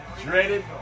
dreaded